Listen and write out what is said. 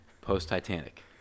post-Titanic